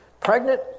pregnant